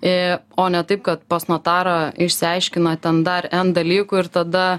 i o ne taip kad pas notarą išsiaiškina ten dar en dalykų ir tada